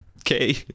okay